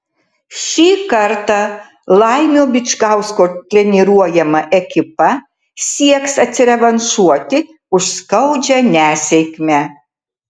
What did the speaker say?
šį kartą laimio bičkausko treniruojama ekipa sieks atsirevanšuoti už skaudžią nesėkmę